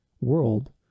world